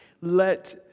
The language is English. let